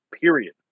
period